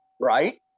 Right